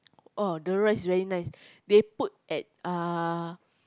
orh the rice very nice they put at uh